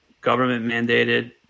government-mandated